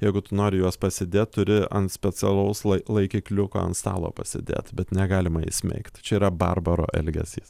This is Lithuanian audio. jeigu tu nori juos pasidėt turi ant specialaus lai laikikliuko ant stalo pasidėt bet negalima įsmeigt čia yra barbaro elgesys